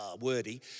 wordy